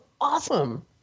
awesome